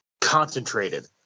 concentrated